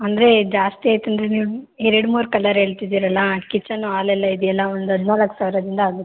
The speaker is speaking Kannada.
ಅಂದರೆ ಜಾಸ್ತಿ ಐತೇನು ರೀ ನೀವು ಎರಡು ಮೂರು ಕಲರ್ ಹೇಳ್ತಿದೀರಲ್ಲ ಕಿಚನು ಆಲ್ ಎಲ್ಲ ಇದೆಯಲ್ಲ ಒಂದು ಹದಿನಾಲ್ಕು ಸಾವಿರದಿಂದ ಆಗುತ್ತೆ